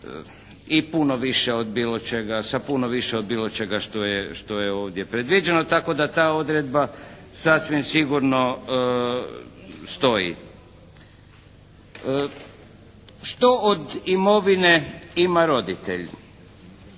sa puno više od bilo čega što je ovdje predviđeno tako da ta odredba sasvim sigurno stoji. Što od imovine ima roditelj?